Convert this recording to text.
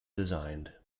designed